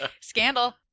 Scandal